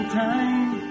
time